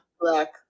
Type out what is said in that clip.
Black